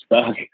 stuck